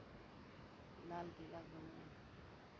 लालकिला घूमे